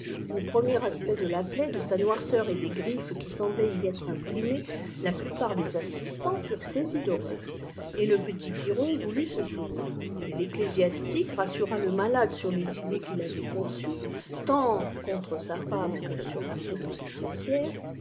au premier aspect de la plaie de sa noirceur et des griffes qui semblaient y être imprimées la plupart des ssislants furent saisis d'horreur et le petit piron voulut se sauver mais l'ecclésiastique rassura le malade sur les idées qu'il avait conçues tant contre sa femme que sur la prétendue sorcière